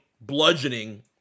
bludgeoning